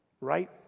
right